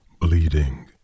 bleeding